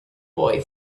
boy